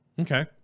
Okay